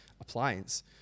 appliance